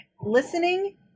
Listening